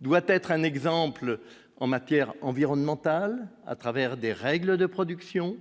doit être un exemple en matière environnementale, à travers des règles de production,